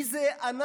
מי אלה "אנחנו"?